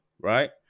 right